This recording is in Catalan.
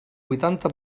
vuitanta